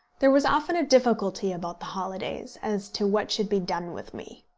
there was often a difficulty about the holidays as to what should be done with me.